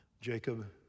Jacob